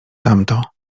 tamto